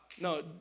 No